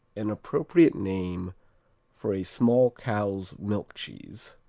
an appropriate name for a small cow's-milk cheese.